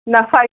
نَفا